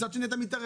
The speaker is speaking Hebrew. מצד אני אתה מתערב.